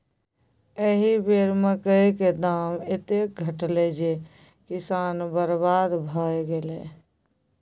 एहि बेर मकई क दाम एतेक घटलै जे किसान बरबाद भए गेलै